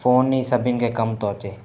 phone ई सभिनि खे कमु थो अचे